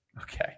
Okay